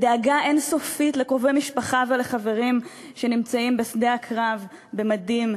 בדאגה אין-סופית לקרובי משפחה ולחברים שנמצאים בשדה הקרב במדים.